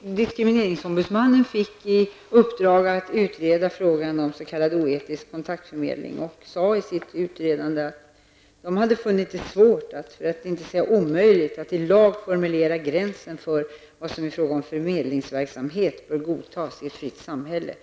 Diskrimineringsombudsmannen fick i uppdrag att utreda frågan om s.k. oetisk kontaktförmedling och sade i sin utredning att han funnit det svårt, för att inte säga omöjligt, att i lag formulera gränsen för vad som i fråga om förmedlingsverksamhet bör godtas i ett fritt samhälle.